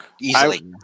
easily